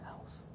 else